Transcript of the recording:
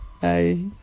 hey